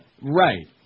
Right